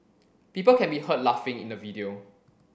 people can be heard laughing in the video